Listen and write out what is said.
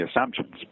Assumptions